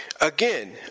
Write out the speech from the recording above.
again